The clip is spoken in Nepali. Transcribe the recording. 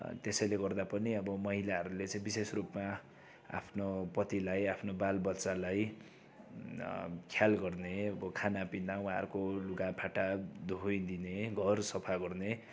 त्यसैले गर्दा पनि अब महिलाहरूले चाहिँ विशेष रूपमा आफ्नो पतिलाई आफ्नो बालबच्चालाई ख्याल गर्ने अब खानापिना उहाँहरूको लुगाफाटा धोइदिने घर सफा गर्ने